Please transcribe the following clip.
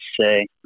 say